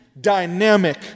dynamic